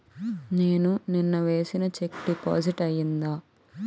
నేను నిన్న వేసిన చెక్ డిపాజిట్ అయిందా?